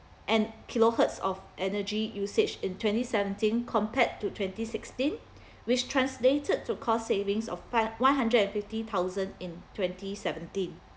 and kilohertz of energy usage in twenty seventeen compared to twenty sixteen which translated to cost savings of fi~ one hundred and fifty thousand in twenty seventeen